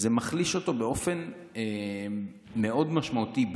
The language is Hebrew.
זה מחליש אותו באופן מאוד משמעותי,